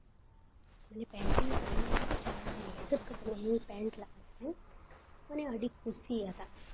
ᱢᱟᱱᱮ ᱯᱮᱱᱴᱤᱝ ᱠᱟᱱᱟ ᱡᱟᱦᱟᱸ ᱦᱤᱥᱟᱹᱵ ᱠᱟᱛᱮ ᱤᱧᱤᱧ ᱯᱮᱱᱴ ᱞᱟᱜ ᱛᱟᱦᱮᱸᱫ ᱢᱟᱱᱮ ᱟᱹᱰᱤ ᱠᱩᱥᱤ ᱟᱫᱟᱭ